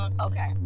Okay